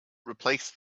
replace